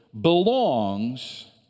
belongs